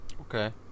Okay